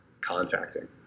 contacting